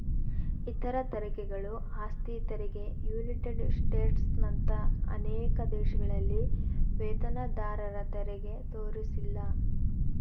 ಇತರ ತೆರಿಗೆಗಳು ಆಸ್ತಿ ತೆರಿಗೆ ಯುನೈಟೆಡ್ ಸ್ಟೇಟ್ಸ್ನಂತ ಅನೇಕ ದೇಶಗಳಲ್ಲಿ ವೇತನದಾರರತೆರಿಗೆ ತೋರಿಸಿಲ್ಲ